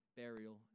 burial